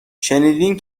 شنیدین